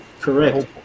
correct